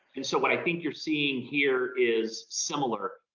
and so what i think you're seeing here is similar,